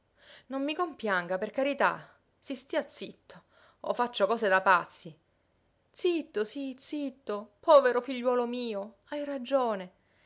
non mi compianga per carità si stia zitto o faccio cose da pazzi zitto sí zitto povero figliuolo mio hai ragione